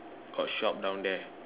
got shop down there